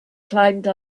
climbed